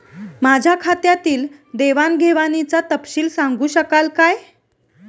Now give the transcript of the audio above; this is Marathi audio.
माझ्या खात्यातील देवाणघेवाणीचा तपशील सांगू शकाल काय?